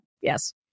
Yes